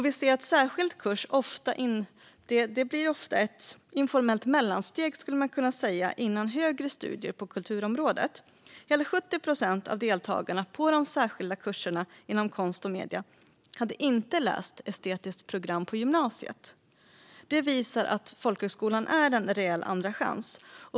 Vi ser att särskild kurs ofta blir ett informellt mellansteg, skulle man kunna säga, före högre studier på kulturområdet. Hela 70 procent av deltagarna på de särskilda kurserna inom konst och medier hade inte läst estetiskt program på gymnasiet. Det visar att folkhögskolan är en reell andra chans.